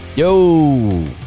Yo